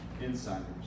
insiders